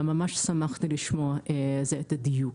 ממש שמחתי לשמוע את הדיוק.